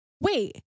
wait